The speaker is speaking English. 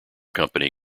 company